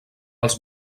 els